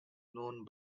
known